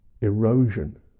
erosion